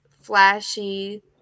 flashy